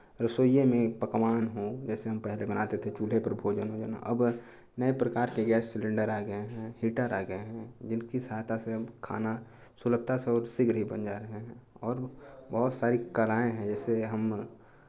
रसोइये में एक पकवान हो जैसे हम पहले बनाते थे चूल्हे पर भोजन उजन अब नये प्रकार के गैस सिलेण्डर आ गए हैं हीटर आ गए हैं जिनकी सहायता से अब खाना सुलभता से और शीघ्र ही बन जा रहे हैं और बहुत सारी कलाएं हैं जैसे हम